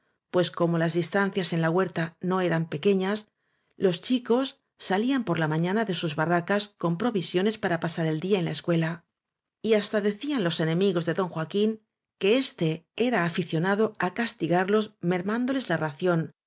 pues como las distancias en la huerta no eran pequeñas los chicos salían por la mañana de sus barracas con provisiones para pasar el día en la escuela y hasta decían los enemigos ele don joaquín que éste era aficionado á castigarlos mermán doles la ración